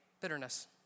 bitterness